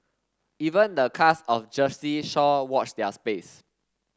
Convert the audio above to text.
even the cast of Jersey Shore watch their space